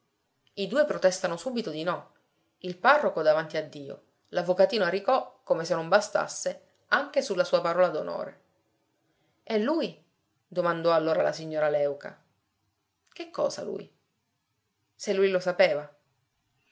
i due protestano subito di no il parroco davanti a dio l'avvocatino aricò come se non bastasse anche sulla sua parola d'onore e lui domandò allora la signora léuca che cosa lui se lui lo sapeva